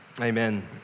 amen